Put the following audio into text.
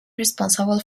responsible